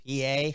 PA